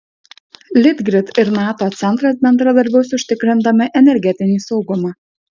litgrid ir nato centras bendradarbiaus užtikrindami energetinį saugumą